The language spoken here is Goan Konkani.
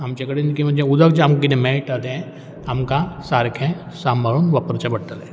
आमचे कडेन किंवां जें उदक आमकां कितें मेळटा तें आमकां सारकें सांबाळून वापरचें पडटलें